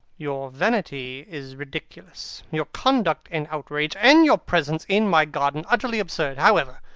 your vanity is ridiculous, your conduct an outrage, and your presence in my garden utterly absurd. however,